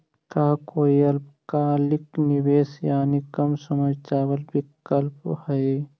का कोई अल्पकालिक निवेश यानी कम समय चावल विकल्प हई?